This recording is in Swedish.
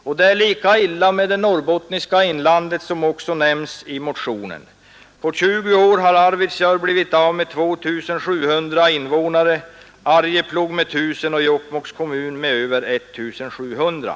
Och det är lika illa med det norrbottniska inlandet, som också nämns i motionen. På 20 år har Arvidsjaur blivit av med 2 700 invånare, Arjeplog med 1 000 och Jokkmokks kommun med över 1 700.